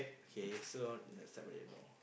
k so the stepbrother know